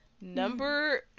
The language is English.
Number